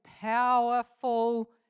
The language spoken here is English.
powerful